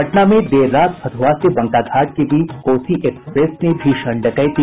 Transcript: पटना में देर रात फतुहा से बंका घाट के बीच कोसी एक्सप्रेस में भीषण डकैती